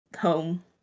home